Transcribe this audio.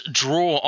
draw